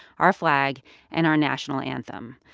our flag and our national anthem.